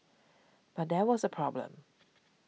but there was a problem